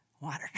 Water